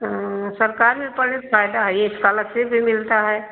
हाँ सरकार में पढ़े से फायदा है यह स्कालर्शिप भी मिलत है